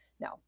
No